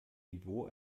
niveau